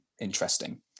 interesting